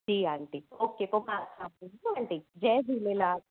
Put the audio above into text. जी aunty okay जय Jhulelal